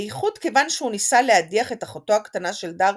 בייחוד כיוון שהוא ניסה להדיח את אחותו הקטנה של דארסי,